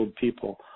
people